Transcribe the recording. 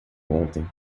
ontem